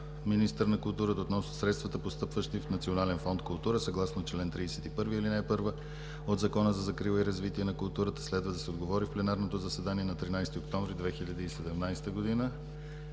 министър на културата, относно средствата, постъпващи в Национален фонд „Култура“. Съгласно чл. 31, ал. 1 от Закона за закрила и развитие на културата следва да се отговори в пленарното заседание на 13 октомври 2017 г.